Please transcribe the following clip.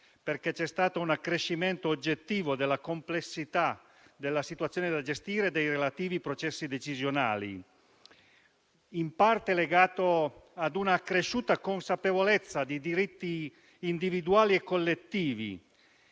perché c'è stato un accrescimento oggettivo della complessità della situazione da gestire e dei relativi processi decisionali, per certi versi legato a una accresciuta consapevolezza di diritti individuali e collettivi